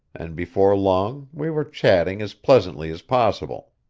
and before long we were chatting as pleasantly as possible.